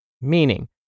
Meaning